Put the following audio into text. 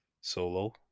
solo